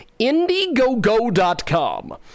Indiegogo.com